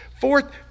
Fourth